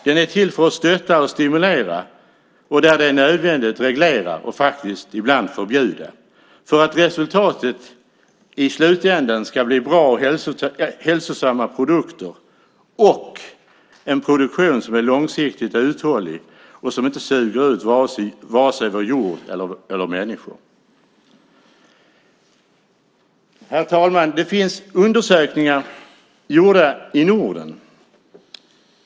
Den är till för att stötta och stimulera och där det är nödvändigt reglera och ibland faktiskt förbjuda för att resultatet i slutändan ska bli bra och hälsosamma produkter och en produktion som är långsiktigt uthållig och som inte suger ut vare sig vår jord eller människor. Herr talman! Det finns undersökningar gjorda i Norden.